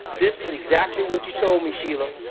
this is exactly what you told me sheila.